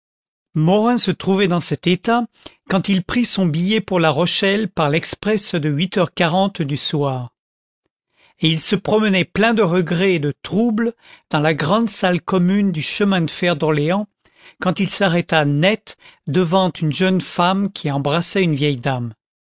morin se trouvait dans cet état quand il prit son billet pour la rochelle par l'express de h du soir et il se promenait plein de regrets et de trouble dans la grande salle commune du chemin de fer d'orléans quand il s'arrêta net devant une jeune femme qui embrassait une vieille dame